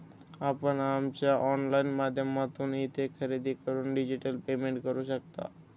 आपण आमच्या ऑनलाइन माध्यमातून येथे खरेदी करून डिजिटल पेमेंट करू शकता